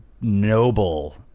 noble